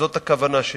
זאת הכוונה שלי,